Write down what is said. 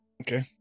Okay